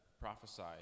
prophesy